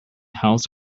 house